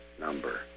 number